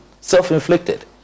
self-inflicted